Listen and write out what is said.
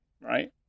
right